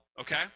Okay